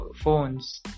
phones